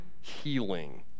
healing